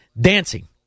Dancing